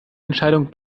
entscheidung